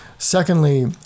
Secondly